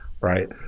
Right